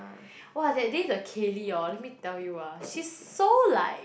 !wah! that day the Kayleigh hor let me tell you ah she's so like